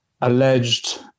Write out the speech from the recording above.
alleged